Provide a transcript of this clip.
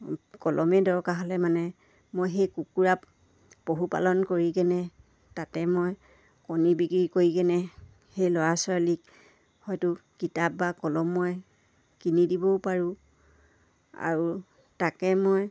কলমে দৰকাৰ হ'লে মানে মই সেই কুকুৰা পশুপালন কৰি কেনে তাতে মই কণী বিক্ৰী কৰি কেনে সেই ল'ৰা ছোৱালীক হয়তো কিতাপ বা কলম মই কিনি দিবও পাৰোঁ আৰু তাকে মই